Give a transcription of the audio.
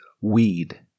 weed